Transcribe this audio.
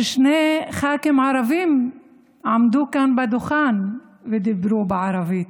בגלל ששני ח"כים ערבים עמדו כאן מעל הדוכן ודיברו בערבית.